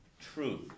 truth